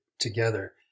together